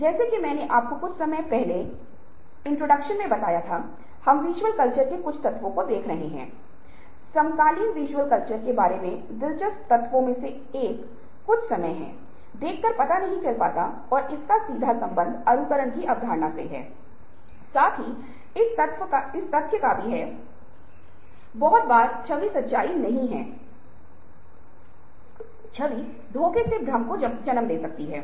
अनुसंधान और कल्पना करने के बारे में अधिक जानें और समय और स्थान की खोज करें जहां आप सबसे अच्छा सोच सकते हैं